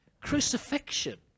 Crucifixion